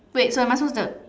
wait so am I supposed to